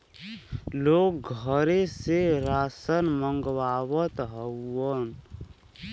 लोग घरे से रासन मंगवावत हउवन